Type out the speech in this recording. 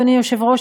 אדוני היושב-ראש,